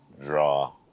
Draw